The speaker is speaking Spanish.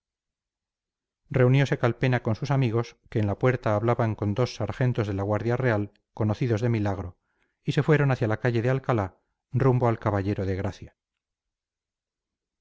reuniose calpena con sus amigos que en la puerta hablaban con dos sargentos de la guardia real conocidos de milagro y se fueron hacia la calle de alcalá rumbo al caballero de gracia